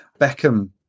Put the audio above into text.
Beckham